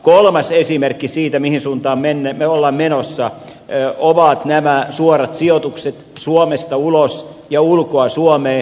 kolmas esimerkki siitä mihin suuntaan ollaan menossa ovat nämä suorat sijoitukset ja portfoliosijoitukset suomesta ulos ja ulkoa suomeen